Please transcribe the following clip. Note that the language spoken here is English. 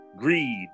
greed